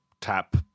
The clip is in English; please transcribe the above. tap